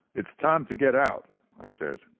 it's time to get out i said.